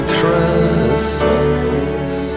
Christmas